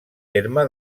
terme